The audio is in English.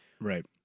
Right